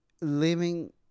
living